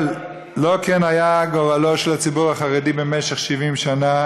אבל לא כן היה גורלו של הציבור החרדי במשך 70 שנה,